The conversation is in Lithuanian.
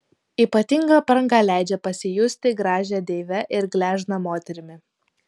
ypatinga apranga leidžia pasijusti gražia deive ir gležna moterimi